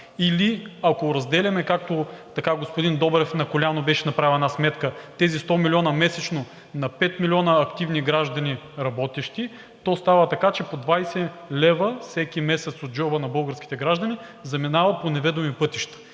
Или ако разделяме, както така господин Добрев на коляно беше направил една сметка, тези 100 милиона месечно на пет милиона активни граждани, работещи, то става така, че по 20 лв. всеки месец от джоба на българските граждани заминават по неведоми пътища